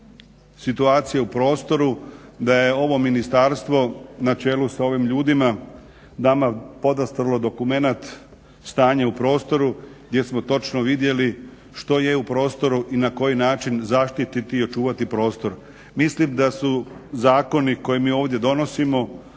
u prostoru da je ovo ministarstvo na čelu sa ovim ljudima nama podastrlo dokumenat stanje u prostoru gdje smo točno vidjeli što je u prostoru i na koji način zaštititi i očuvati prostor. Mislim da su zakoni koje mi ovdje donosimo